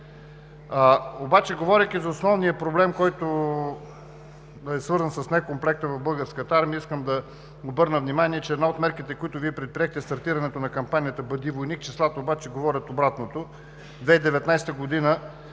Говорейки за основния проблем, който е свързан с некомплекта в Българската армия, искам да обърна внимание, че една от мерките, които Вие предприехте, е стартирането на кампанията „Бъди войник“. Числата обаче говорят обратното. През 2019 г. има